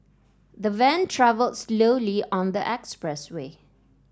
the van travelled slowly on the expressway